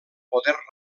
poder